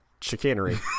chicanery